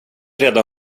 rädda